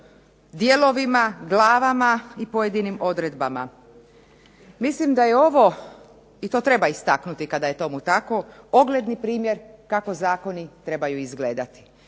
dijelovima, glavama i pojedinim odredbama. Mislim da je ovo i to treba istaknuti kada je tomu tamo ogledni primjer kako zakoni trebaju izgledati.